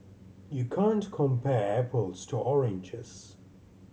you can't compare apples to oranges